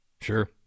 Sure